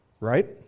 Right